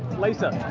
lisa